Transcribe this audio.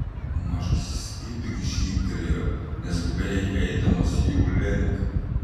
mažasis irgi šyptelėjo neskubiai eidamas jų link